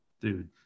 dude